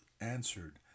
answered